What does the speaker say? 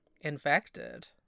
infected